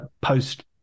post